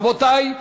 רבותי,